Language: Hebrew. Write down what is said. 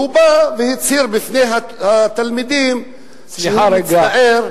והוא בא והצהיר בפני התלמידים שהוא מצטער,